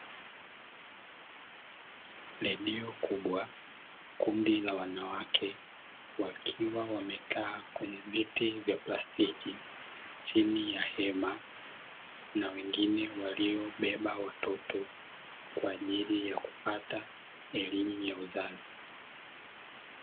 Radio kubwa, Kundi la wanawake wakiwa wamekaa kwenye viti vya plastiki chini ya hema, na wengine waliobeba watoto kwa ajili ya kupata elimu ya uzazi.